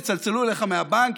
יצלצלו אליך מהבנק,